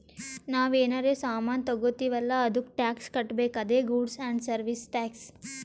ನಾವ್ ಏನರೇ ಸಾಮಾನ್ ತಗೊತ್ತಿವ್ ಅಲ್ಲ ಅದ್ದುಕ್ ಟ್ಯಾಕ್ಸ್ ಕಟ್ಬೇಕ್ ಅದೇ ಗೂಡ್ಸ್ ಆ್ಯಂಡ್ ಸರ್ವೀಸ್ ಟ್ಯಾಕ್ಸ್